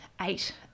eight